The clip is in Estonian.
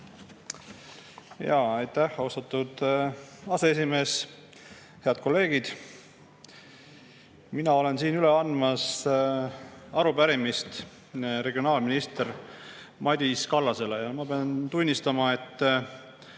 Aitäh, austatud aseesimees! Head kolleegid! Mina olen siin üle andmas arupärimist regionaalminister Madis Kallasele. Ma pean tunnistama,